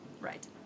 Right